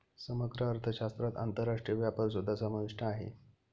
समग्र अर्थशास्त्रात आंतरराष्ट्रीय व्यापारसुद्धा समाविष्ट आहे